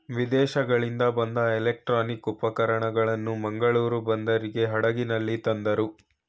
ವಿದೇಶಗಳಿಂದ ಬಂದ ಎಲೆಕ್ಟ್ರಾನಿಕ್ ಉಪಕರಣಗಳನ್ನು ಮಂಗಳೂರು ಬಂದರಿಗೆ ಹಡಗಿನಲ್ಲಿ ತಂದರು